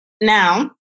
Now